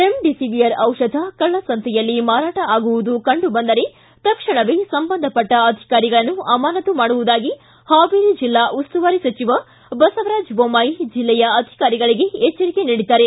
remdesivir ಚಿಷಧ ಕಳ್ಳಸಂತೆಯಲ್ಲಿ ಮಾರಾಟ ಆಗುವುದು ಕಂಡು ಬಂದರೆ ತಕ್ಷಣವೇ ಸಂಬಂಧಪಟ್ಟ ಅಧಿಕಾರಿಗಳನ್ನು ಅಮಾನಶು ಮಾಡುವುದಾಗಿ ಹಾವೇರಿ ಜಿಲ್ಲಾ ಉಸ್ತುವಾರಿ ಸಚಿವ ಬಸವರಾಜ ಬೊಮ್ಬಾಯಿ ಅಧಿಕಾರಿಗಳಿಗೆ ಎಚ್ಚರಿಕೆ ನೀಡಿದ್ದಾರೆ